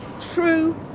true